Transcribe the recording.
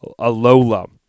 Alola